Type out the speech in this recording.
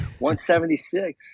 176